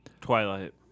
Twilight